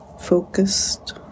focused